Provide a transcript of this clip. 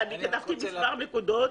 כתבתי מספר נקודות.